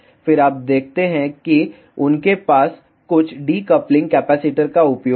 फिर आप देखते हैं कि उनके पास कुछ डीकप्लिंग कैपेसिटर का उपयोग है